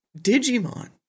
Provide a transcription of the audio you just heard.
Digimon